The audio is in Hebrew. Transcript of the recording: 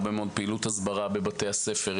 בבתי הספר,